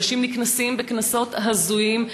אנשים נקנסים בקנסות הזויים,